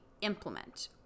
implement